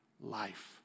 life